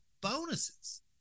bonuses